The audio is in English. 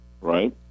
right